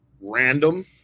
random